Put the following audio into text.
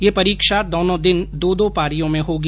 यह परीक्षा दोनो दिन दो दो पारियों में होगी